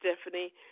Stephanie